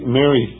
Mary